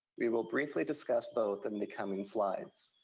we will briefly discuss both in the coming slides.